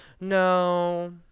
No